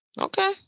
Okay